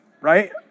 right